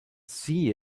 see